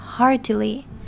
heartily